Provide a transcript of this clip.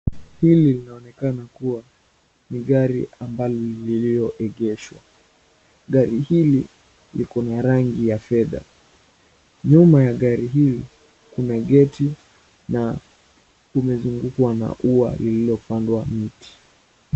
Hili linaonekana kuwa ni gari ambalo lililoegeshwa. Gari hili likona rangi ya fedha. Nyuma ya gari hili kuna geti na kumezungukwa na ua lililopandwa miti.